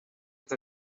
with